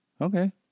Okay